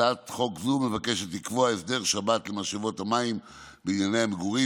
הצעת חוק זו מבקשת לקבוע הסדר שבת למשאבות המים בבנייני מגורים,